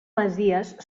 masies